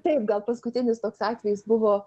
taip gal paskutinis toks atvejis buvo